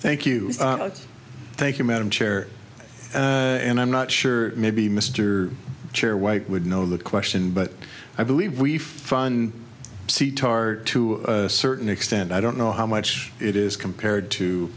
thank you thank you madam chair and i'm not sure maybe mr chair white would know the question but i believe we fund c tar to a certain extent i don't know how much it is compared to